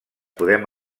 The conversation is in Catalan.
podem